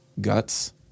Guts